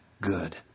good